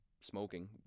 smoking